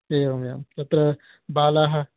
एवमेवं तत्र बालाः